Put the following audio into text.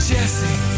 Jesse